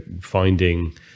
finding